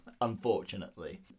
unfortunately